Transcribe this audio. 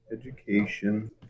education